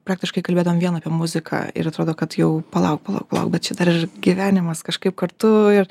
praktiškai kalbėdavom vien apie muziką ir atrodo kad jau palauk palauk palauk bet čia dar ir gyvenimas kažkaip kartu ir